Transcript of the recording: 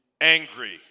angry